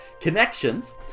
connections